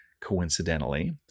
coincidentally